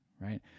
right